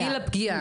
גיל הפגיעה.